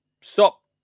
Stop